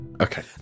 Okay